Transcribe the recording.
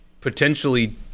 potentially